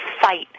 fight